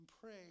pray